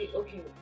okay